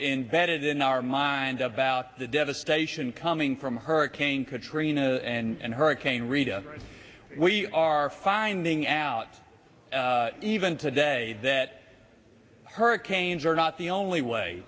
invented in our mind about the devastation coming from hurricane katrina and hurricane rita we are finding out even today that hurricanes are not the only way